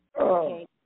Okay